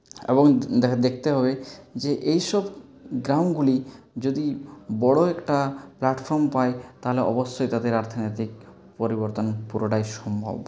এবং দেখতে হবে যে এইসব গ্রামগুলি যদি বড় একটা প্ল্যাটফর্ম পায় তাহলে অবশ্যই তাদের অর্থনৈতিক পরিবর্তন পুরোটাই সম্ভব